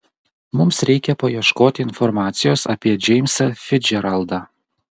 mums reikia paieškoti informacijos apie džeimsą ficdžeraldą